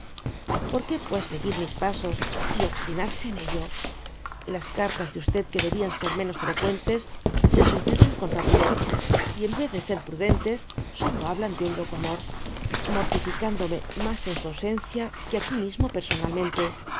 teniese porque pues seguir mis pasos y obstinarse en ello las cartas de que debian ser menos firqüentes se suceden con rapidez y en vez de ser prudentes solo hablan de un loco amor mortificándome mas en su ausencia que aqui mismo personalmente